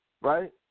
right